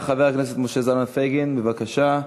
חבר הכנסת משה זלמן פייגלין, בבקשה,